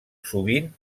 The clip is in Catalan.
sovint